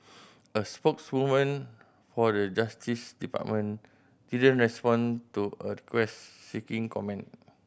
a spokeswoman for the Justice Department didn't respond to a quest seeking comment